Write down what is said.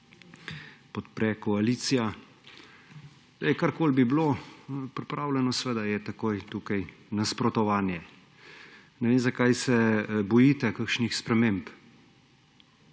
podpre koalicija. Karkoli bi bilo pripravljeno, je seveda takoj tukaj nasprotovanje. Ne vem, zakaj se bojite kakšnih sprememb.